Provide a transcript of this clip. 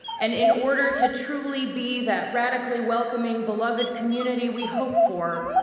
and in order to truly be that radically welcoming, beloved community we hope for,